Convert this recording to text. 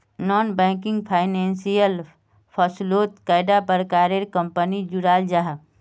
Non banking financial फसलोत कैडा प्रकारेर कंपनी जुराल जाहा?